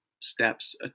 steps